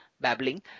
babbling